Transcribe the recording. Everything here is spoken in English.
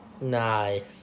Nice